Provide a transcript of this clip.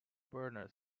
bernard